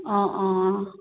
অঁ অঁ